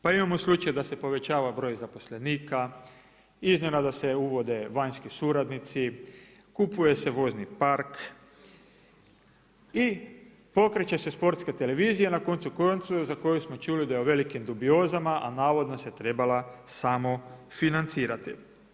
Pa imamo slučaj da se povećava broj zaposlenika, iznenada se uvode vanjski suradnici, kupuje se vozni park i pokreće se Sportska televizija na koncu konca za koju smo čuli da je u velikim dubiozama, a navodno se trebala samo financirati.